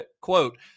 quote